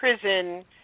prison